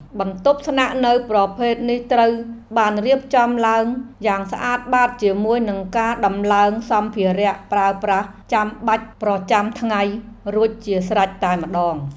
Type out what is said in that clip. បន្ទប់ស្នាក់នៅប្រភេទនេះត្រូវបានរៀបចំឡើងយ៉ាងស្អាតបាតជាមួយនឹងការដំឡើងសម្ភារៈប្រើប្រាស់ចាំបាច់ប្រចាំថ្ងៃរួចជាស្រេចតែម្ដង។